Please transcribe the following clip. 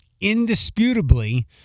indisputably